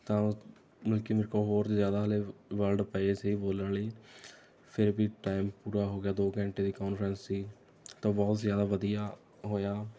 ਤਾਂ ਬਲਕਿ ਮੇਰੇ ਕੋਲ ਹੋਰ ਜ਼ਿਆਦਾ ਹਲੇ ਵਰਡ ਪਏ ਸੀ ਬੋਲਣ ਲਈ ਫਿਰ ਵੀ ਟਾਈਮ ਪੂਰਾ ਹੋ ਗਿਆ ਦੋ ਘੰਟੇ ਦੀ ਕਾਨਫਰੰਸ ਸੀ ਤਾਂ ਬਹੁਤ ਜ਼ਿਆਦਾ ਵਧੀਆ ਹੋਇਆ